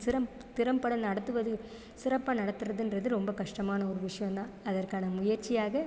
சிறம் திறம்பட நடத்துவது சிறப்பாக நடத்துகிறதுன்றது ரொம்ப கஷ்டமான ஒரு விஷயம்தான் அதற்கான முயற்சியாக